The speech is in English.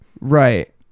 Right